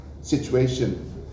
situation